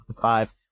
Five